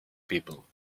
people